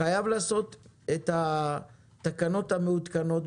חייבים לשלוח את התקנות המעודכנות,